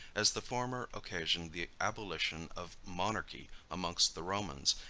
as the former occasioned the abolition of monarchy amongst the romans,